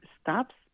stops